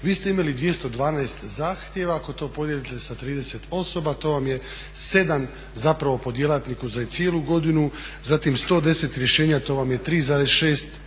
vi ste imali 212 zahtjeva. Ako to podijelite sa 30 osoba to vam je 7 zapravo po djelatniku za cijelu godinu. Zatim 110 rješenja to vam je 3,6